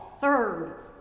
Third